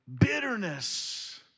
bitterness